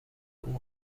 اون